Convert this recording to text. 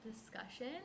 discussion